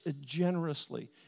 generously